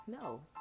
No